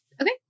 Okay